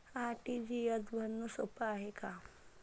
RTGS भरनं सोप हाय का?